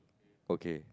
okay